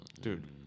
Dude